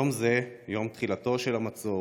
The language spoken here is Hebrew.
יום זה, יום תחילתו של המצור,